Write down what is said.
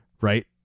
Right